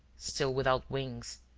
still without wings,